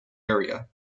area